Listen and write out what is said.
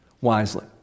wisely